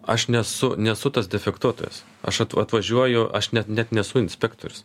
aš nesu nesu tas defektuotojas aš at atvažiuoju aš net net nesu inspektorius